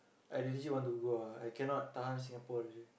I legit want to go ah I cannot tahan Singapore already